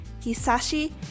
Hisashi